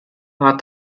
war